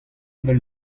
evel